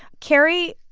carrie,